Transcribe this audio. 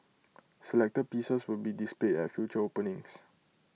selected pieces will be displayed at future openings